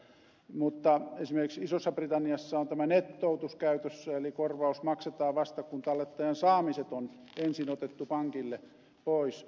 mutta esimerkiksi isossa britanniassa on tämä nettoutus käytössä eli korvaus maksetaan vasta kun tallettajan saamiset on ensin otettu pankille pois